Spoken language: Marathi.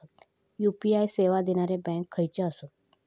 यू.पी.आय सेवा देणारे बँक खयचे आसत?